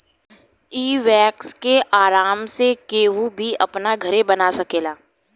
इ वैक्स के आराम से केहू भी अपना घरे बना सकेला